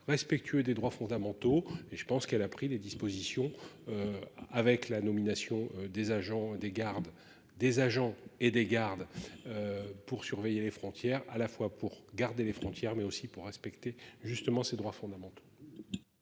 respectueux des droits fondamentaux et je pense qu'elle a pris des dispositions. Avec la nomination des agents des gardes des agents et des gardes. Pour surveiller les frontières, à la fois pour garder les frontières mais aussi pour respecter justement ces droits fondamentaux.